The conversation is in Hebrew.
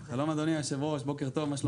שלום, אדוני היושב-ראש, בוקר טוב, מה שלומך?